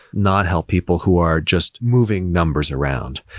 not help people who are just moving numbers around.